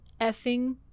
effing